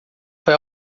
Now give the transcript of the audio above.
foi